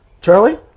Charlie